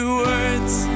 words